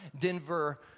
Denver